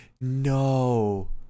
no